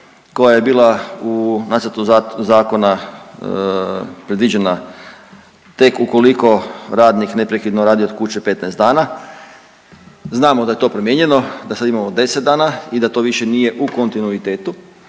koja je bila u nacrtu zakona predviđena tek ukoliko radnik neprekidno radi od kuće 15 dana, znamo da je to promijenjeno, da sad imamo 10 dana i da to više nije u kontinuitetu,